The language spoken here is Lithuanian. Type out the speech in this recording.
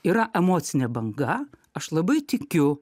yra emocinė banga aš labai tikiu